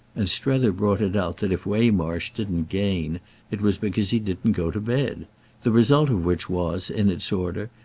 and strether brought it out that if waymarsh didn't gain it was because he didn't go to bed the result of which was, in its order,